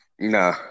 No